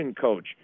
coach